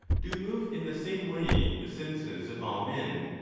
do move in the same way the senses of all men.